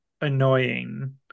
annoying